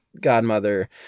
godmother